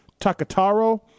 Takataro